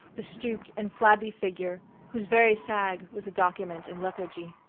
the stooped and flabby figure whose very sag was a document in lethargy.